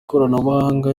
ikoranabuhanga